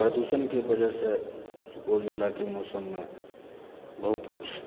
प्रदूषणके वजहसँ सुपौल जिलाके मौसममे बहुत किछु